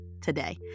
today